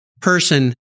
person